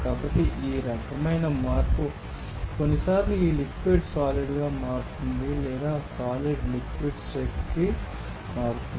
కాబట్టి ఈ రకమైన మార్పు కొన్నిసార్లు ఈ లిక్విడ్ సాలిడ్ గా మారుతుంది లేదా సాలిడ్ లిక్విడ్ స్టేట్ కి మారుతుంది